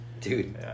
Dude